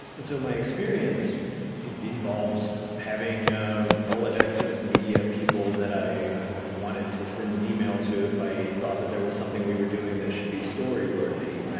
and so my experience involves having a rolodex of media people that i wanted to send an email to if i thought that there was something we were doing that should be story-worthy.